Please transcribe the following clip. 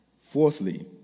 fourthly